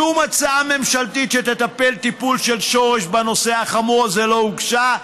שום הצעה ממשלתית שתטפל טיפול שורש בנושא החמור הזה לא הוגשה,